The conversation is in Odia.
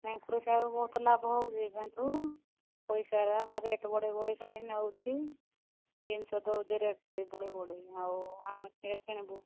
ବହୁତ ଲାଭ ହେଉଛି ତାଙ୍କୁ ପଇସା ଗୁରା ଖାଲି ରେଟ୍ ବଢ଼େଇ ବଢ଼େଇ ନେଉଛି ଜିନଷ ଦେଉଛି ରେଟ୍ ବଢ଼େଇ ବଢ଼େଇ ଆମେ କିଣିବୁ